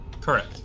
Correct